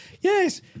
Yes